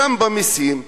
גם במסים,